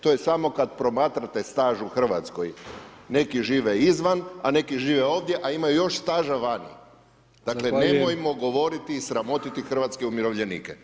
To je samo kada promatrate staž u RH, neki žive izvan, a neki žive ovdje, a imaju još staža vani [[Upadica: Zahvaljujem]] , dakle, nemojmo govoriti i sramotiti hrvatske umirovljenike.